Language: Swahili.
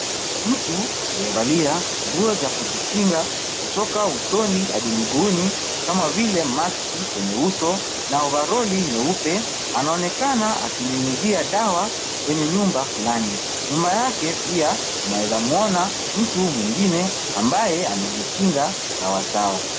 Mtu aliyevalia nguo za kujikinga kutoka usoni adi miguuni kama vile maski kwenye uso na overoli nyeupe. Anaonekana akinyunyuzia dawa kwenye nyumba fulani. Nyumba yake pia tunaweza muona mtu mwingine ambaye amejikinga sawasawa.